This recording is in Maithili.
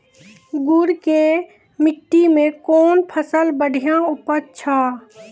गुड़ की मिट्टी मैं कौन फसल बढ़िया उपज छ?